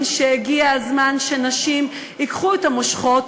שהגיע הזמן שנשים ייקחו את המושכות,